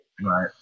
Right